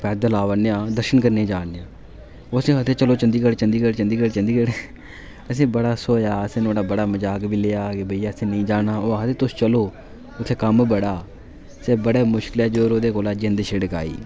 पैद्दल आवा नेआं दर्शन करने ई जा नेआ ओह् असेंई आखदा चलो चंदीगढ़ चंदीगढ़ चंदीगढ़ चंदीगढ़ असें ई बड़ा स्होआ असें नुहाड़ा बड़ा मजाक बी लेआ कि भाइया असें नेईं जाना ओह् आखदा तुस चलो उत्थै कम्म बड़ा असें बड़े मुश्कलें जोर ओह्दे कोला जिंद छड़काई